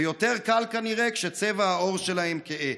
ויותר קל כנראה כשצבע העור שלהם כהה.